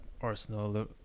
Arsenal